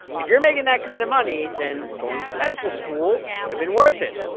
if you're making that kind of money, then going to medical school could have been worth it.